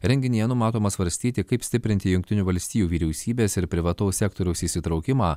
renginyje numatoma svarstyti kaip stiprinti jungtinių valstijų vyriausybės ir privataus sektoriaus įsitraukimą